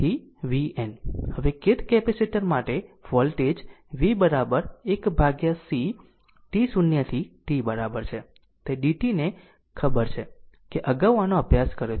હવે kth capacitor માટે voltage v 1 c t0 થી t ખબર છે તે dt ને ખબર છે કે અગાઉ આનો અભ્યાસ કર્યો છે